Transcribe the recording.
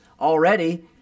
already